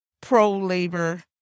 pro-labor